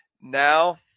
Now